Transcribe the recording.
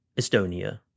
Estonia